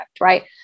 Right